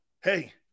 hey